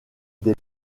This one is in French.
des